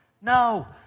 No